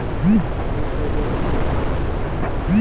দুহুদ দেয় যে গরু গুলা উয়াদেরকে ডেয়ারি কাউ ব্যলে